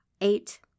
Eight